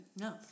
No